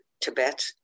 Tibet